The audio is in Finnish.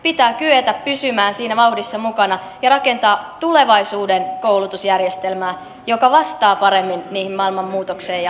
pitää kyetä pysymään siinä vauhdissa mukana ja rakentaa tulevaisuuden koulutusjärjestelmää joka vastaa paremmin niihin maailman muutoksiin ja tarpeisiin